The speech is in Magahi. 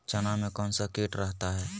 चना में कौन सा किट रहता है?